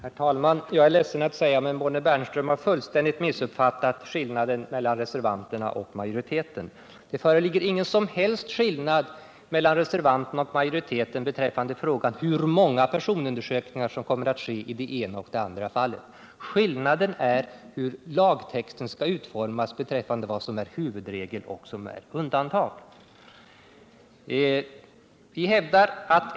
Herr talman! Jag är ledsen att säga det, men Bonnie Bernström har fullständigt missuppfattat skillnaden mellan reservanterna och majoriteten i utskottet. Det föreligger ingen som helst skillnad mellan dem i vad gäller frågan om hur många personundersökningar som kommer att ske i det ena eller det andra fallet. Skillnaden i uppfattning gäller lagtextens utformning om vad som skall vara huvudregel respektive undantag.